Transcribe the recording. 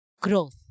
growth